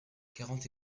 quarante